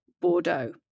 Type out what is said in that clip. Bordeaux